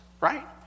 right